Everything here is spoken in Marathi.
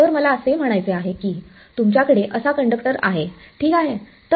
तर मला असे म्हणायचे आहे की तुमच्याकडे असा कंडक्टर आहे ठीक आहे